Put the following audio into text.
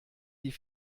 die